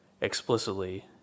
explicitly